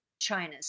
China's